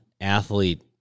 athlete